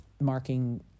marking